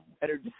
better